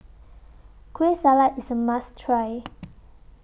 Kueh Salat IS A must Try